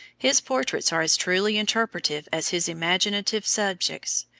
his portraits are as truly interpretative as his imaginative subjects,